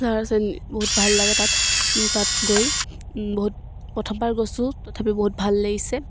বহুত ভাল লাগে তাত তাত গৈ বহুত প্ৰথমবাৰ গৈছোঁ তথাপিও বহুত ভাল লাগিছে